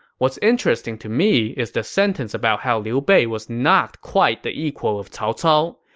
what's interesting to me is the sentence about how liu bei was not quite the equal of cao cao.